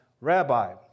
Rabbi